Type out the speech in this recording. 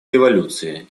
революции